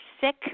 sick